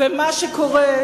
אין ספק,